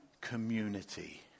community